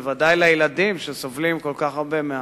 בוודאי לילדים שסובלים כל כך הרבה מהעוני.